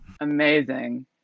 Amazing